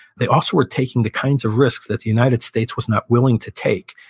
they also were taking the kinds of risk that the united states was not willing to take.